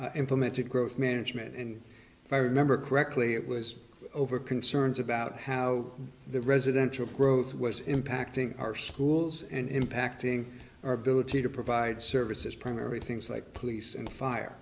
implemented growth management and if i remember correctly it was over concerns about how the residential growth was impacting our schools and impacting our ability to provide services primary things like police and fire